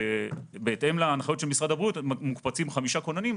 בהתאם להנחיות משרד הבריאות מוקפצים חמישה כוננים,